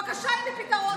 בבקשה, הינה פתרון.